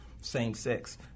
same-sex